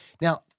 Now